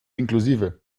inklusive